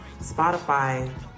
Spotify